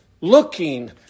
looking